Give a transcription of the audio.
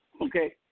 Okay